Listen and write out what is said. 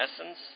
essence